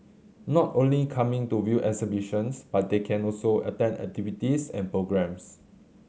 not only coming to view exhibitions but they can also attend activities and programmes